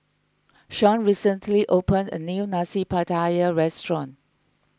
Shawn recently opened a new Nasi Pattaya restaurant